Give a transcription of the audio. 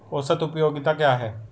औसत उपयोगिता क्या है?